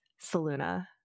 saluna